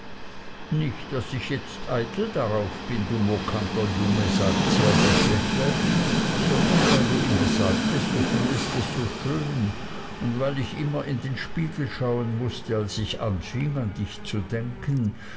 nicht daß ich jetzt eitel darauf bin du mokanter junge sagt sie als ich lächle sondern weil du immer sagtest du fändest es so schön und weil ich immer in den spiegel schauen mußte als ich anfing an dich zu denken